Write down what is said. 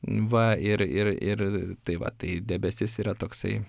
va ir ir ir tai va tai debesis yra toksai